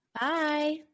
bye